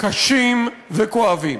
קשים וכואבים.